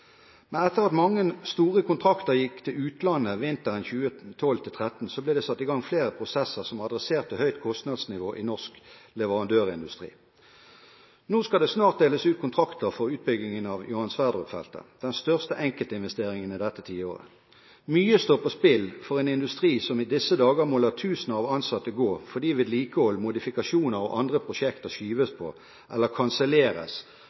Men etter at mange store kontrakter gikk til utlandet vinteren 2012–2013, ble det satt i gang flere prosesser som tok fatt i det høye kostnadsnivået i norsk leverandørindustri. Nå skal det snart deles ut kontrakter for utbyggingen av Johan Sverdrup-feltet – den største enkeltinvesteringen i dette tiåret. Mye står på spill for en industri som i disse dager må la tusener av ansatte gå fordi vedlikehold, modifikasjoner og andre prosjekter skyves på eller kanselleres